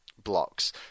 blocks